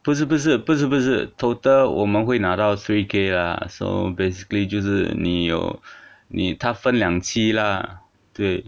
不是不是不是不是 total 我们会拿到 three K lah so basically 就是你有你他分两期啦对